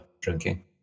drinking